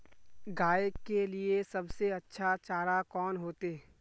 गाय के लिए सबसे अच्छा चारा कौन होते?